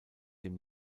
dem